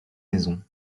maisons